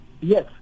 Yes